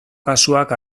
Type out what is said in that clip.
kasuak